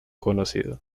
conocido